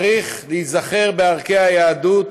צריך להיזכר בערכי היהדות